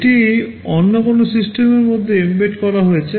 এটি অন্য কোনও সিস্টেমের মধ্যে এম্বেড করা রয়েছে